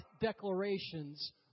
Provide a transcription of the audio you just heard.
declarations